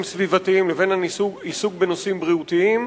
סביבתיים לבין העיסוק בנושאים בריאותיים,